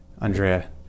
Andrea